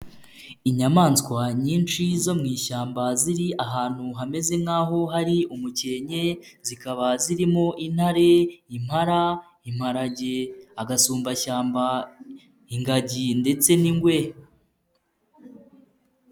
Inyamaswa nyinshi zo mu ishyamba ziri ahantu hameze nk'aho hari umukenke, zikaba zirimo intare, impara, imparage, agasumbashyamba, ingagi ndetse n'ingwe.